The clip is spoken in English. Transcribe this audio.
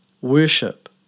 worship